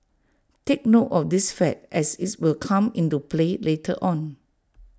take note of this fact as its will come into play later on